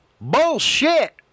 Bullshit